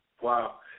Wow